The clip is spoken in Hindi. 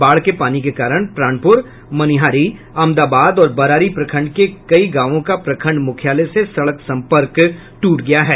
बाढ़ के पानी के कारण प्राणपुर मनिहारी अमदाबाद और बरारी प्रखंड के कई गांवों का प्रखंड मुख्यालय से सड़क संपर्क टूट गया है